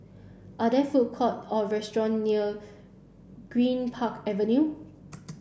are there food court or restaurant near Greenpark Avenue